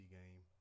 game